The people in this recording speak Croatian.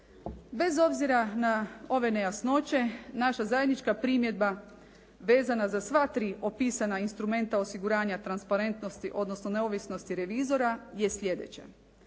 Bez obzira na ove nejasnoće naša zajednička primjedba vezana za sva tri opisana instrumenta osiguranja transparentnosti, odnosno neovisnosti revizora je sljedeće.